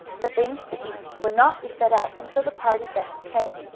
the things to eat would not be set out until the party guests came.